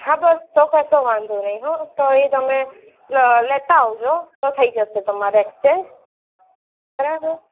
હા બસ તો કશો વાંધો નહીં હો તો એ તમે લ લેતા આવજો તો થઈ જશે તમારે એકચેન્જ બરાબર